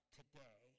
today